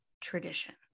tradition